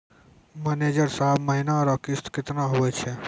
manager साहब महीना रो किस्त कितना हुवै छै